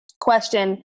question